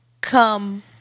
come